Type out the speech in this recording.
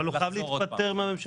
אבל הוא חייב להתפטר מהממשלה.